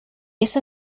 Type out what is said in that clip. eso